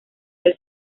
del